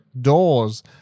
doors